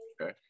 Okay